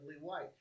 white